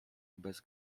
bez